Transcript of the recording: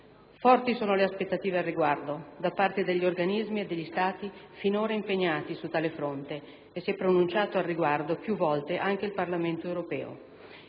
Forti sono le aspettative al riguardo da parte degli organismi e degli Stati finora impegnati su tale fronte e si è pronunciato al riguardo più volte anche il Parlamento europeo.